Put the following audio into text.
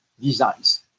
designs